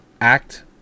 act